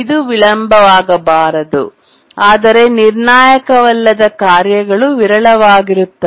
ಇದು ವಿಳಂಬವಾಗಬಾರದು ಆದರೆ ನಿರ್ಣಾಯಕವಲ್ಲದ ಕಾರ್ಯಗಳು ವಿರಳವಾಗಿರುತ್ತವೆ